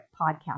podcast